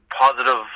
positive